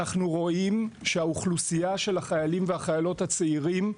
אנחנו רואים שהאוכלוסייה של החיילים והחיילות הצעירים,